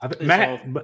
Matt